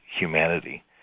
humanity